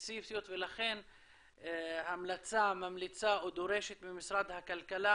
וספציפיות ולכן הוועדה ממליצה או דורשת ממשרד הכלכלה,